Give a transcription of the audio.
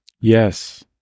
Yes